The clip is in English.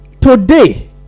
Today